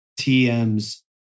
TM's